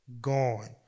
gone